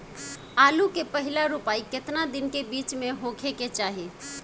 आलू क पहिला रोपाई केतना दिन के बिच में होखे के चाही?